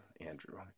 Andrew